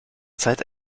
zeit